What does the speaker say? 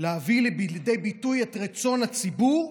להביא לידי ביטוי את רצון הציבור.